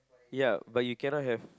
ya but you cannot have